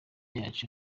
yacu